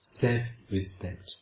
self-respect